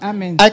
Amen